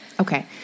Okay